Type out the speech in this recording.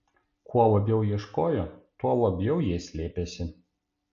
kuo labiau ieškojo tuo labiau jie slėpėsi